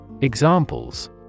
Examples